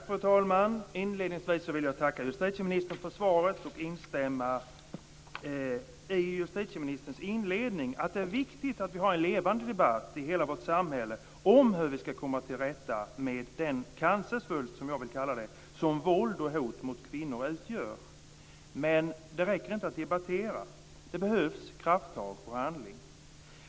Fru talman! Inledningsvis vill jag tacka justitieministern för svaret och instämma i justitieministerns inledning. Det är viktigt att vi har en levande debatt i hela vårt samhälle om hur vi ska komma till rätta med den cancersvulst, som jag vill kalla det, som våld och hot mot kvinnor utgör. Men det räcker inte att debattera. Det behövs krafttag och handling.